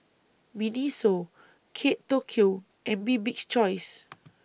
Miniso Kate Tokyo and Bibik's Choice